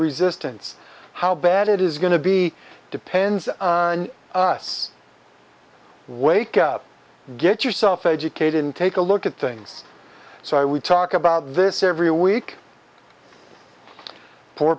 resistance how bad it is going to be depends on us wake up get yourself educated and take a look at things so i we talk about this every week poor